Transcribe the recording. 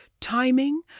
timing